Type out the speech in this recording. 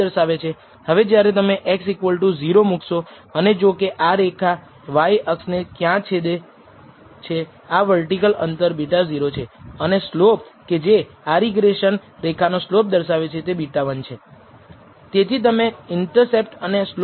હવે ધારો કે આપણે માનીએ છીએ કે કોન્સ્ટન્ટ મોડેલ સારું છે તો પછી આપણે ખરેખર આ ચોક્કસ આડી રેખાને યોગ્ય રીતે ફીટ કરી હોત y ની રજૂઆત શ્રેષ્ઠ મોડેલો માટે y નો અર્થ એ છે કે x ના બધા મૂલ્યો માટે આગાહી શ્રેષ્ઠ છે